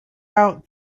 out